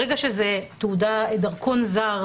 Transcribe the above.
ברגע שזה דרכון זר,